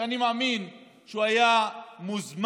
שאני מאמין שהוא הוזמן